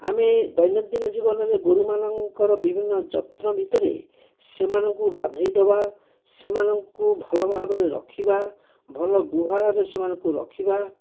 ଆମେ ଦୈନନ୍ଦିନ ଜୀବନରେ ଗୋରୁମାନଙ୍କର ବିଭିନ୍ନ ଯତ୍ନ ଭିତରେ ସେମାନଙ୍କୁ ଗାଧୋଇ ଦେବା ସେମାନଙ୍କୁ ଭଲ ଭାବରେ ରଖିବା ଭଲ ଗୁହାଳରେ ସେମାନଙ୍କୁ ରଖିବା